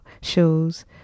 shows